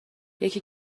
یکی